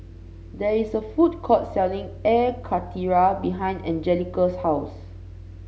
there is a food court selling Air Karthira behind Angelica's house